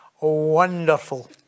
Wonderful